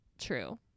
true